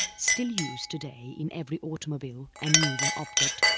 still used today in every automobile and moving object,